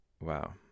wow